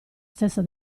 stessa